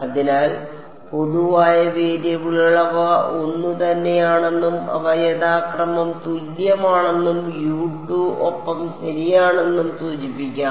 അതിനാൽ പൊതുവായ വേരിയബിളുകൾ അവ ഒന്നുതന്നെയാണെന്നും അവ യഥാക്രമം തുല്യമാണെന്നുംഒപ്പം ശരിയാണെന്നും സൂചിപ്പിക്കാം